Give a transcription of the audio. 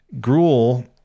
Gruel